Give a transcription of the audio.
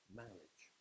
marriage